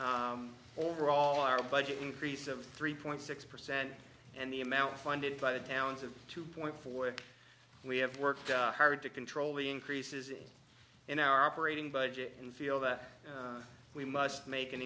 and overall our budget increase of three point six percent and the amount funded by the towns of two point four we have worked hard to control the increases in our operating budget and feel that we must make an